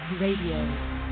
Radio